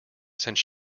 since